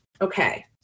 Okay